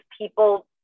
people